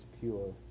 pure